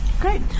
Great